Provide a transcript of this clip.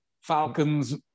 Falcons